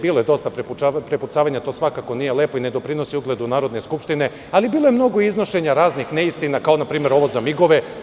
Bilo je dosta prepucavanja, to svakako nije lepo i ne doprinosi ugledu Narodne skupštine, ali bilo je mnogo iznošenja raznih neistina, kao npr, ovo za MIG.